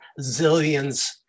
zillions